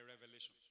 revelation